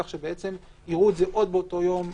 כך שיראו את ההעברות האלה עוד באותו יום,